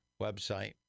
website